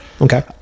Okay